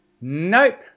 Nope